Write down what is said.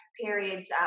periods